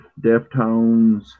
Deftones